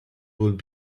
would